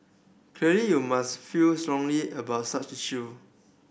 clearly you must feel strongly about such issue